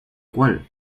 cual